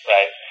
Right